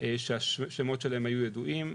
שהשמות שלהם היו ידועים,